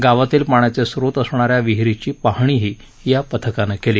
गावातील पाण्याचे स्त्रोत असणाऱ्या विहीरीची पाहणीही या पथकानं केली